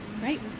Great